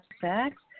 sex